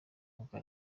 bwa